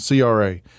CRA